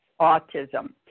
autism